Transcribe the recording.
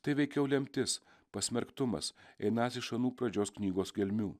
tai veikiau lemtis pasmerktumas einąs iš anų pradžios knygos gelmių